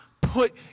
put